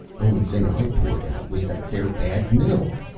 only thing i poured out was that there bad milk.